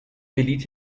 بلیت